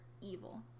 evil